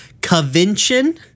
convention